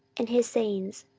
and his sayings,